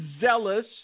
zealous